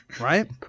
right